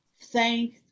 Thank